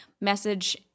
message